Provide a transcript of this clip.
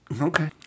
Okay